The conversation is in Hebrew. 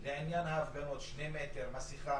מסכה,